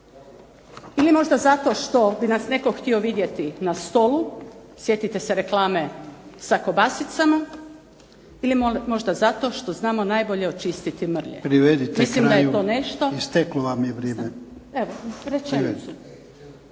ili možda zato što bi nas netko htio vidjeti na stolu, sjetite se reklame sa kobasicama ili možda zato što znamo najbolje očistiti mrlje. **Jarnjak, Ivan (HDZ)** Privedite kraju. Isteklo vam je vrijeme.